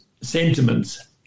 sentiments